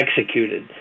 executed